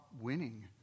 winning